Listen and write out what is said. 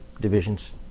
divisions